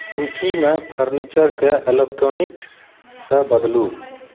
सूचीमे फर्नीचरकेँ इलेक्ट्रॉनिकसँ बदलू